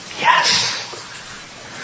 Yes